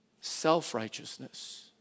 Self-righteousness